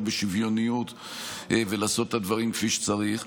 בשוויוניות ולעשות את הדברים כפי שצריך.